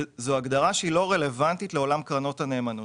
שזאת הגדרה שלא רלוונטית לעולם קרנות הנאמנות.